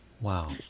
Wow